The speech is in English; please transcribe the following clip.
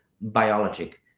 biologic